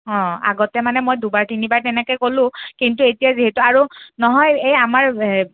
অঁ আগতে মানে মই দুবাৰ তিনিবাৰ তেনেকৈ ক'লোঁ কিন্তু এতিয়া যিহেতু আৰু নহয় এই আমাৰ এই